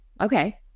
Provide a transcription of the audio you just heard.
okay